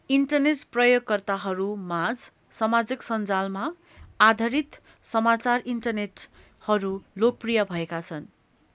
internet प्रयोगकर्ताहरूमाझ समाजिक सञ्जालमा आधारित समाचार इन्टरनेटहरू लोकप्रिय भएका छन्